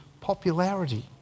popularity